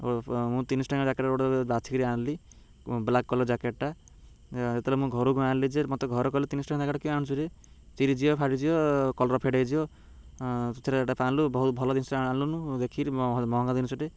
ମୁଁ ତିିନିଶହ ଟଙ୍କା ଜ୍ୟାକେଟ୍ ଗୋଟେ ବାଛିିକିରି ଆଣିଲି ବ୍ଲାକ୍ କଲର୍ ଜ୍ୟାକେଟ୍ଟା ଯେତେବେଳେ ମୁଁ ଘରକୁ ଆଣିଲି ଯେ ମତେ ଘରେ କହିଲେ ତିିନିଶହ ଟଙ୍କା ଜ୍ୟାକେଟ୍ କାଇଁ ଆଣୁଛୁରେ ଯେ ଚିରିଯିବ ଫାଡ଼ିଯିବ କଲର୍ ଫେଡ଼୍ ହେଇଯିବ ସେଥିରେ ଏଇଟା ପାଣିଲୁ ବହୁତ ଭଲ ଜିନିଷ ଆଣିଲୁ ଦେଖି ମହଙ୍ଗା ଜିନିଷଟେ